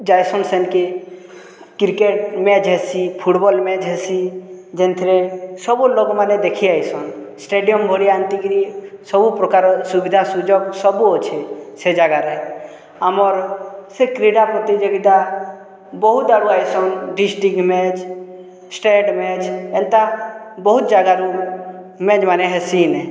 ଯାଏସନ୍ ସେନ୍କେ cricket match ହେସି ଫୁଟ୍ବଲ୍ ମ୍ୟାଚ୍ ହେସି ଯେନ୍ଥିରେ ସବୁ ଲୋକ୍ମାନେ ଦେଖି ଆଏସନ୍ ଷ୍ଟେଡ଼ିୟମ୍ ଭଲିଆ ଏନ୍ତିକିରି ସବୁ ପ୍ରକାର ସୁବିଧା ସୁଯୋଗ୍ ସବୁ ଅଛେ ସେ ଜାଗାରେ ଆମର୍ ସେ କ୍ରୀଡ଼ା ପ୍ରତିଯୋଗିତା ବହୁତ୍ ଆଡ଼ୁ ଆଏସନ୍ ଡ଼ିଷ୍ଟିକ୍ ମ୍ୟାଚ୍ ଷ୍ଟେଟ୍ ମ୍ୟାଚ୍ ଏନ୍ତା ବହୁତ୍ ଜାଗାରୁ ମ୍ୟାଚ୍ମାନେ ହେସି ଇନେ